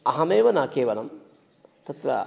अहमेव न केवलं तत्र